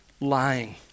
lying